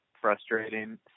frustrating